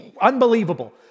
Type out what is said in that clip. unbelievable